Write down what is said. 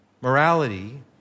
Morality